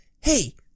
Hey